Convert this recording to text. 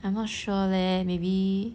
I'm not sure leh maybe